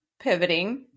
Pivoting